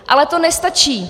Ale to nestačí.